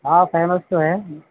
ہاں فیمس تو ہے